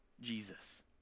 Jesus